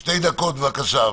שתי דקות, בבקשה.